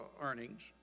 earnings